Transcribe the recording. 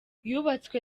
yubatswe